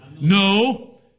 No